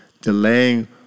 delaying